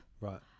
Right